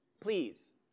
please